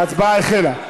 ההצבעה החלה.